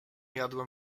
jadłem